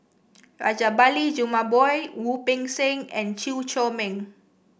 Rajabali Jumabhoy Wu Peng Seng and Chew Chor Meng